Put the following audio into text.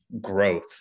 growth